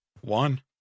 One